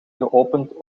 geopend